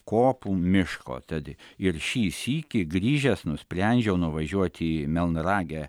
kopų miško tad ir šį sykį grįžęs nusprendžiau nuvažiuoti į melnragę